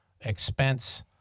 expense